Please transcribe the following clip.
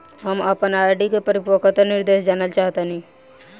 हम आपन आर.डी के परिपक्वता निर्देश जानल चाहत बानी